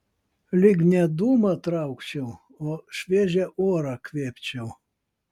lyg ne dūmą traukčiau o šviežią orą kvėpčiau